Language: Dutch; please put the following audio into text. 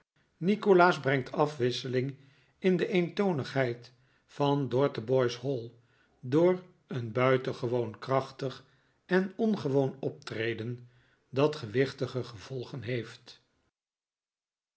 nikolaas brengt afwisseling in de eentonigheid van dotheboys hall door een buitengewoon krachtig en ongewoon optreden dat gewichtige gevolgen heeft